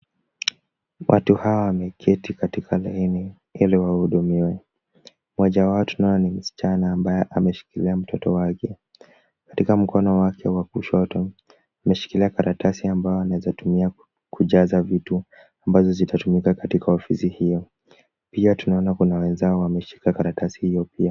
Watu hawa wameketi katika leni ili wahudumiwe. Moja ya watu hawa ni msichana ambaye ameshikilia mtoto wake. Katika mkono wake wa kushoto ameshikila karatsi ambayo anaweza tumia kujaza vitu ambazo zitatumika katika ofisi hiyo. Pia tunaona kuna wenzao wameshika karatasi hiyo pia.